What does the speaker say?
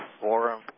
Forum